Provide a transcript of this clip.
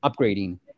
upgrading